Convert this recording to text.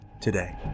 today